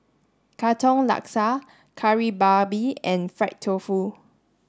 Katong Laksa Kari Babi and fried tofu